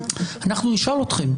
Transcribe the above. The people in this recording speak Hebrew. אנחנו נשאל אתכם,